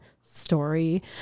story